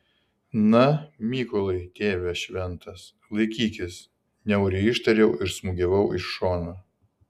na mykolai tėve šventas laikykis niauriai ištariau ir smūgiavau iš šono